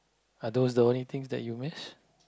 are those the only things that you miss